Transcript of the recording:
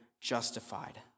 justified